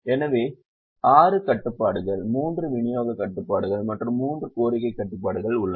எனவே 6 கட்டுப்பாடுகள் மூன்று விநியோக கட்டுப்பாடுகள் மற்றும் மூன்று கோரிக்கை கட்டுப்பாடுகள் உள்ளன